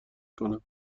کنن